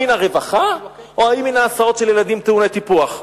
המן הרווחה או מן ההסעות של ילדים טעוני טיפוח?